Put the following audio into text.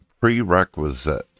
prerequisite